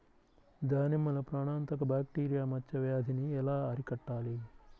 దానిమ్మలో ప్రాణాంతక బ్యాక్టీరియా మచ్చ వ్యాధినీ ఎలా అరికట్టాలి?